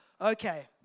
Okay